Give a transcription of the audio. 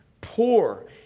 poor